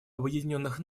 объединенных